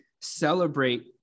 celebrate